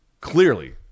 Clearly